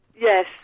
Yes